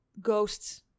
ghosts